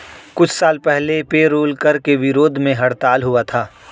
कुछ साल पहले पेरोल कर के विरोध में हड़ताल हुआ था